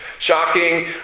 Shocking